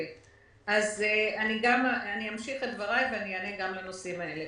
אני אמשיך את דבריי, ואני אענה גם לנושאים האלה.